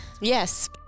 Yes